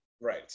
right